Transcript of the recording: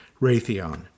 Raytheon